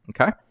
okay